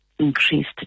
Increased